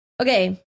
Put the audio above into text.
Okay